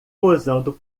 posando